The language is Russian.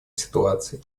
ситуаций